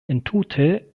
entute